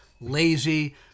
lazy